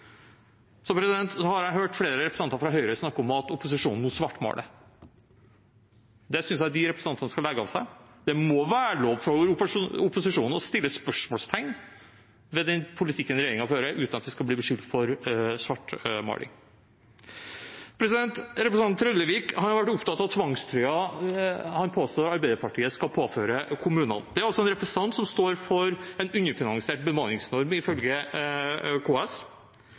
har hørt flere representanter fra Høyre snakke om at opposisjonen nå svartmaler. Det synes jeg de representantene skal legge av seg. Det må være lov for opposisjonen å sette spørsmålstegn ved den politikken regjeringen fører, uten å bli beskyldt for svartmaling. Representanten Trellevik har vært opptatt av tvangstrøya som han påstår at Arbeiderpartiet skal påføre kommunene. Dette er altså en representant som står for en underfinansiert bemanningsnorm, ifølge KS,